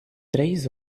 três